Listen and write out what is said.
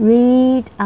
Read